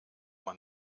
man